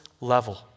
level